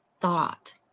thought